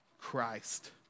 Christ